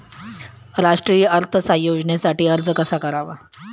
राष्ट्रीय कुटुंब अर्थसहाय्य योजनेसाठी अर्ज कसा करावा?